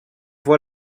voix